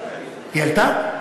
היא ירדה.